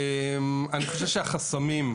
אני חושב שהחסמים,